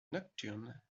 nocturne